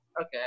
Okay